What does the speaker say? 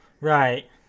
Right